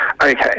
Okay